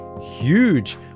huge